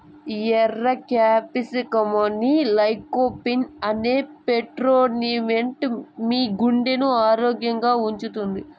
ఎర్ర క్యాప్సికమ్లోని లైకోపీన్ అనే ఫైటోన్యూట్రియెంట్ మీ గుండెను ఆరోగ్యంగా ఉంచుతుంది